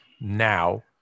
now